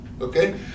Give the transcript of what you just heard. okay